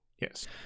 Yes